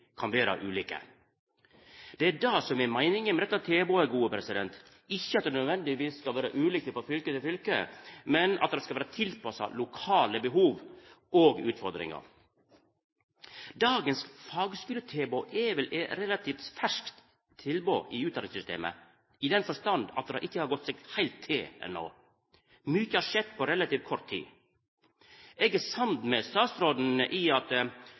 kan vera ulike. Det er det som er meininga med dette tilbodet, ikkje at det nødvendigvis skal vera ulikt frå fylke til fylke, men at det skal vera tilpassa lokale behov og utfordringar. Dagens fagskuletilbod er vel eit relativt ferskt tilbod i utdanningssystemet, i den forstand at det ikkje har gått seg heilt til enno. Mykje har skjett på relativt kort tid. Eg er samd med statsråden i at